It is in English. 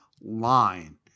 line